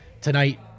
tonight